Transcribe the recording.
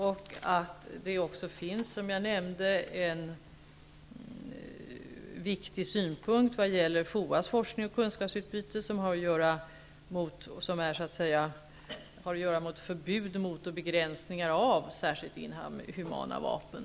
Jag nämnde också i svaret att FOA:s forsknings och kunskapsutbyte är inriktat på förbud mot och begränsning av särskilt inhumana vapen.